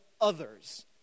others